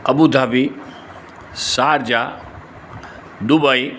Abu Dhabi Sharjah Dubai